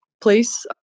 Place